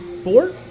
Four